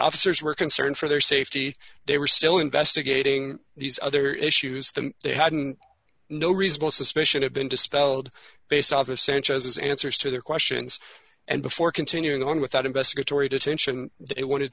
officers were concerned for their safety they were still investigating these other issues that they hadn't no reasonable suspicion have been dispelled based off of sanchez's answers to their questions and before continuing on with that investigatory detention they wanted